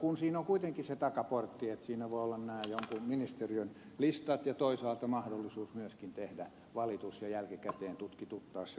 siinä on kuitenkin se takaportti että siinä voivat olla jonkun ministeriön listat ja toisaalta mahdollisuus myöskin tehdä valitus ja jälkikäteen tutkituttaa se oikeusviranomaisten kanta